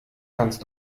kannst